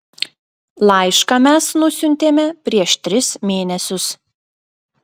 laišką mes nusiuntėme prieš tris mėnesius